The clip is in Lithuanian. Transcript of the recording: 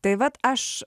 tai vat aš